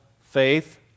faith